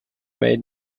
made